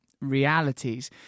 realities